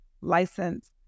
license